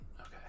Okay